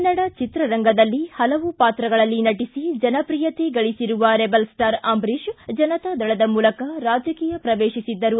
ಕನ್ನಡ ಚಿತ್ರರಂಗದಲ್ಲಿ ಹಲವು ಪಾತ್ರಗಳಲ್ಲಿ ನಟಿಸಿ ಜನಪ್ರಿಯತೆ ಗಳಿಸಿರುವ ರೆಬೆಲ್ ಸ್ವಾರ್ ಅಂಬರೀಶ್ ಜನತಾದಳದ ಮೂಲಕ ರಾಜಕೀಯ ಶ್ರವೇಶಿಸಿದ್ದರು